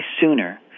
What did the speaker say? sooner